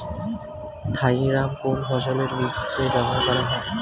Thiram কোন ফসলের বীজে ব্যবহার করা হয়?